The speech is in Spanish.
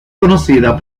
conocida